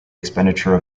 expenditure